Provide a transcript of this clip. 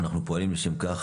אנחנו פועלים לשם כך